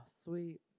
sweet